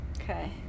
okay